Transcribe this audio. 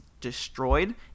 destroyed